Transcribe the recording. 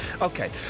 Okay